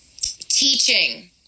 teaching